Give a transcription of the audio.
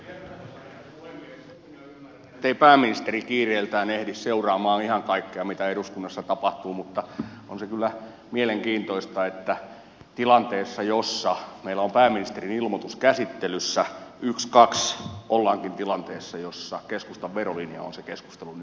sen minä ymmärrän ettei pääministeri kiireiltään ehdi seuraamaan ihan kaikkea mitä eduskunnassa tapahtuu mutta on se kyllä mielenkiintoista että tilanteessa jossa meillä on pääministerin ilmoitus käsittelyssä ykskaks ollaankin tilanteessa jossa keskustan verolinja on se keskustelun ydin